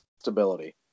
stability